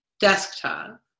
desktop